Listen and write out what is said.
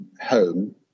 home